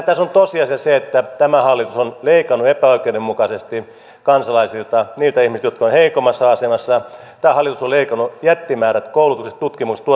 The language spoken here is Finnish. tässä on tosiasia se että tämä hallitus on leikannut epäoikeudenmukaisesti kansalaisilta niiltä ihmisiltä jotka ovat heikommassa asemassa tämä hallitus on leikannut jättimäärät koulutuksesta tutkimuksesta